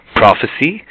prophecy